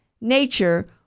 nature